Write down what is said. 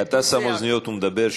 כשאתה שם אוזניות ומדבר,